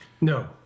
No